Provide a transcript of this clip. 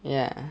ya